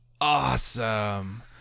Awesome